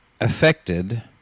affected